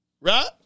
Right